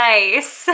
Nice